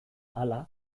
hala